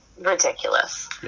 ridiculous